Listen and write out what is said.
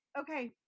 okay